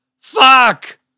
Fuck